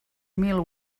mil